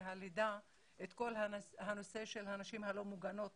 הלידה את כל הנושא של הנשים הלא מוגנות